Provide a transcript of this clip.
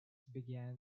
began